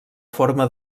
forma